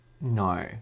No